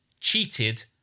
cheated